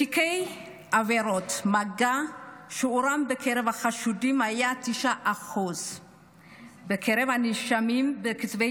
בתיקי עבירות מגע שיעורם בקרב החשודים היה 9%; מקרב הנאשמים בכתבי